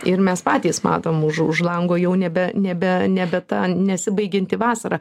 ir mes patys matom už už lango jau nebe nebe nebe ta nesibaigianti vasara